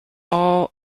all